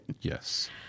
Yes